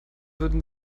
würden